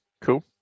cool